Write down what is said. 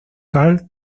karl